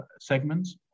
segments